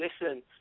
listen